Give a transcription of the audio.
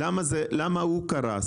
הסבר למה הוא קרס.